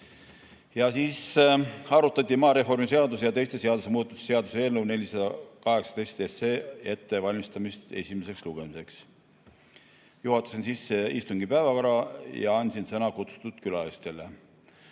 Rennu. Arutati maareformi seaduse ja teiste seaduste muutmise seaduse eelnõu 418 ettevalmistamist esimeseks lugemiseks. Juhatasin sisse istungi päevakorra ja andsin sõna kutsutud külalistele.